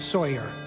Sawyer